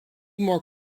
more